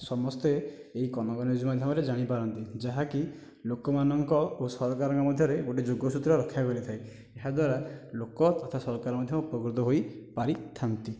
ସମସ୍ତେ ଏହି କନକ ନ୍ୟୁଜ୍ ମାଧ୍ୟମରେ ଜାଣିପାରନ୍ତି ଯାହାକି ଲୋକମାନଙ୍କ ଓ ସରକାରଙ୍କ ମଧ୍ୟରେ ଗୋଟିଏ ଯୋଗସୂତ୍ର ରକ୍ଷା କରିଥାଏ ଯାହାଦ୍ଵାରା ଲୋକ ତଥା ସରକାରଙ୍କଠାରୁ ଉପକୃତ ହୋଇପାରିଥାନ୍ତି